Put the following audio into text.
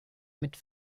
mit